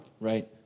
Right